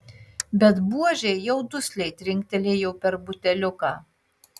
bet buožė jau dusliai trinktelėjo per buteliuką